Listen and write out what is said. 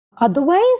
Otherwise